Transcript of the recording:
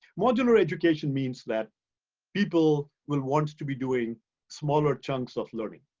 modular education means that people will want to be doing smaller chunks of learning.